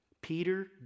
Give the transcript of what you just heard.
Peter